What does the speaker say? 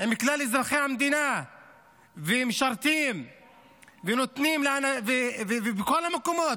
עם כלל אזרחי המדינה ומשרתים בכל המקומות,